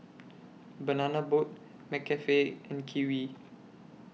Banana Boat McCafe and Kiwi